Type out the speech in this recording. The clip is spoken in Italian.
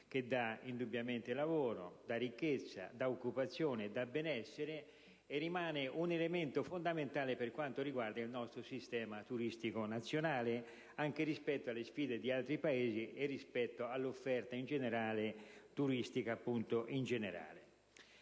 che indubbiamente dà lavoro, ricchezza, occupazione, benessere e rimane un elemento fondamentale del nostro sistema turistico nazionale, anche rispetto alle sfide di altri Paesi e rispetto all'offerta turistica in generale.